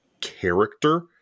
character